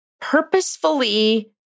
purposefully